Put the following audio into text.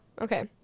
Okay